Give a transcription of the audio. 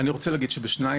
אני רוצה להגיד שב"שניידר",